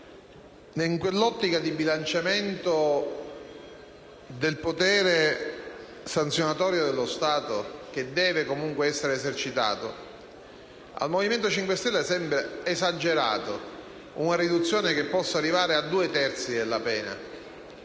nell'ottica del bilanciamento del potere sanzionatorio dello Stato, che deve comunque essere esercitato, al Movimento 5 Stelle sembra esagerata una riduzione che possa arrivare a due terzi della pena,